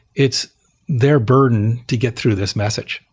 it's their burden to get through this message.